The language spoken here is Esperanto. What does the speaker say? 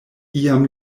iam